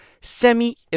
semi